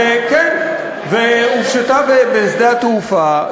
היא הופשטה בשדה התעופה.